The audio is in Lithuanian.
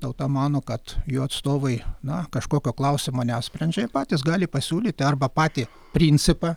tauta mano kad jų atstovai na kažkokio klausimo nesprendžia patys gali pasiūlyt arba patį principą